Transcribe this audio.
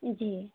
जी